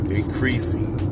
increasing